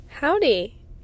Howdy